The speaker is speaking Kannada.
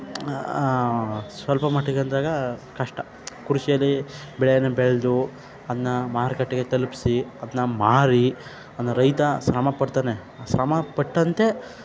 ಸ್ವಲ್ಪ ಮಟ್ಟಿಗೆ ಅಂದಾಗ ಕಷ್ಟ ಕೃಷಿಯಲ್ಲಿ ಬೆಳೆಯನ್ನು ಬೆಳೆದು ಅದನ್ನ ಮಾರುಕಟ್ಟೆಗೆ ತಲುಪಿಸಿ ಅದನ್ನ ಮಾರಿ ಅಂದು ರೈತ ಶ್ರಮ ಪಡ್ತಾನೆ ಶ್ರಮ ಪಟ್ಟಂತೆ